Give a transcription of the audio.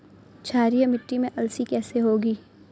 क्षारीय मिट्टी में अलसी कैसे होगी?